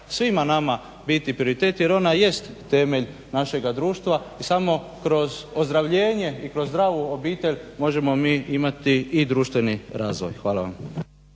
svima nama biti prioritet jer ona jest temelj našega društva. Samo kroz ozdravljenje i kroz zdravu obitelj možemo mi imati i društveni razvoj. Hvala vam.